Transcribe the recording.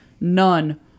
None